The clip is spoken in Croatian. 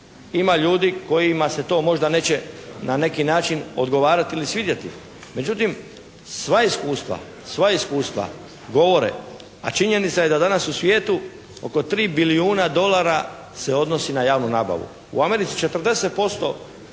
ima ljudi kojima se to možda neće na neki način odgovarati ili svidjeti. Međutim, sva iskustva govore, a činjenica je da danas u svijetu oko 3 bilijuna dolara se odnosi na javnu nabavu. U Americi 40%